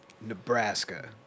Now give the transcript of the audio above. Nebraska